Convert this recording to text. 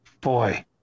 boy